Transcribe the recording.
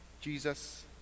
Jesus